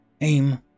aim